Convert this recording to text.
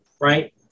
right